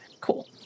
Cool